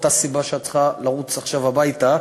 אותה סיבה שבגללה את צריכה לרוץ עכשיו הביתה,